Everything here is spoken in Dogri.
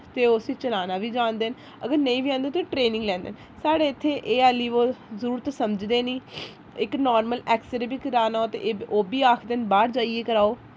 ते ओ उस्सी चलाना बी जानदे न अगर नेईं बी औंदी ते ट्रेनिंग लैंदे न साढ़े इत्थै एह् आह्ली ओह् जरुरत समझदे ई निं इक नार्मल ऐक्सरे बी करना होऐ ते ओह् बी आखदे न बाह्र जाइयै कराओ